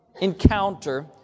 encounter